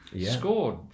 scored